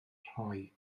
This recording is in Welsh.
rhoi